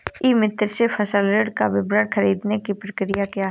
ई मित्र से फसल ऋण का विवरण ख़रीदने की प्रक्रिया क्या है?